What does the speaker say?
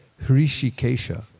Hrishikesha